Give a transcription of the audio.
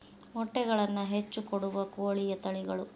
ಮೊಟ್ಟೆಗಳನ್ನ ಹೆಚ್ಚ ಕೊಡುವ ಕೋಳಿಯ ತಳಿಗಳು